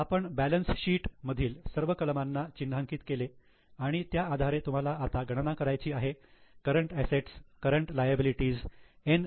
तर आपण balance sheet मधील सर्व कलमांना चिन्हांकित केले आणि त्याआधारे तुम्हाला आता गणना करायची आहे current assets current liability N